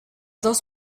dos